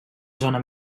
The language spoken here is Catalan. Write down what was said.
zona